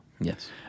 Yes